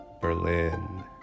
Berlin